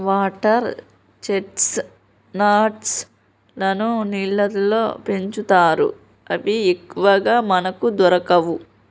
water chestnuts లను నీళ్లల్లో పెంచుతారు అవి ఎక్కువగా మనకు దొరకవు